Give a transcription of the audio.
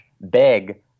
beg